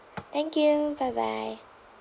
thank you bye bye